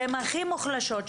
שהן הכי מוחלשות,